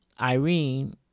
Irene